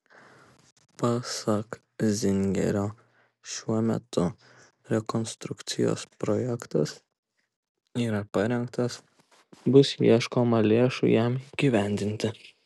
pasak zingerio šiuo metu rekonstrukcijos projektas yra parengtas bus ieškoma lėšų jam įgyvendinti